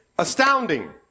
astounding